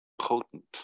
potent